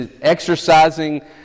exercising